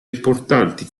importanti